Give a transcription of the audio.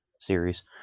series